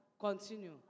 continue